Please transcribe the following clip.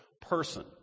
person